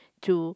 to